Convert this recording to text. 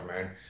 man